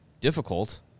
difficult